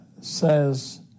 says